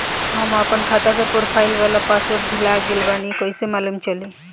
हम आपन खाता के प्रोफाइल वाला पासवर्ड भुला गेल बानी कइसे मालूम चली?